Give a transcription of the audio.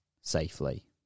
safely